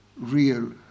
real